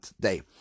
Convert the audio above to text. day